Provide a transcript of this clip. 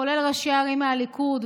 כולל ראשי ערים מהליכוד,